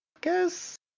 guess